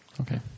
Okay